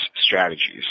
strategies